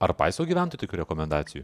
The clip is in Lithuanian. ar paiso gyventojai tokių rekomendacijų